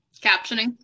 Captioning